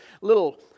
little